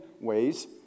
ways